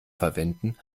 verwenden